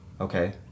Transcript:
Okay